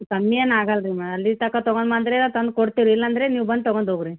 ಕಮ್ಮಿ ಏನೂ ಆಗಲ್ಲ ರೀ ಮಾ ಅಲ್ಲಿ ತನಕ ತೊಗೊಂಡು ಬಾ ಅಂದರೆ ತಂದು ಕೊಡ್ತೀವಿ ಇಲ್ಲ ಅಂದರೆ ನೀವು ಬಂದು ತೊಗೊಂಡು ಹೋಗ್ರಿ